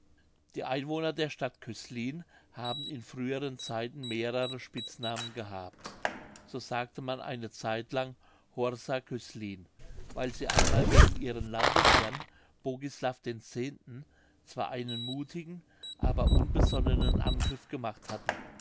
die einwohner der stadt cöslin haben in früheren zeiten mehrere spitznamen gehabt so sagte man eine zeitlang horsa cöslin weil sie einmal gegen ihren landesherrn bogislav x zwar einen muthigen aber unbesonnenen angriff gemacht hatten